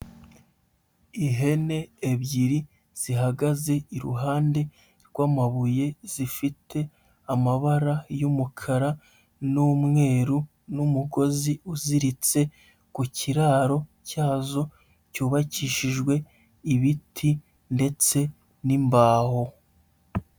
Ihene ebyiri zihagaze iruhande rw'amabuye, zifite amabara y'umukara n'umweru n'umugozi uziritse ku kiraro cyazo cyubakishijwe ibiti ndetse n'imbaho.